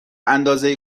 اندازه